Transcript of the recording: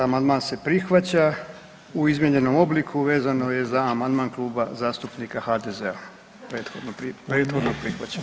Amandman se prihvaća u izmijenjenom obliku, vezano je za amandman Kluba zastupnika HDZ-a prethodno prihvaćenog.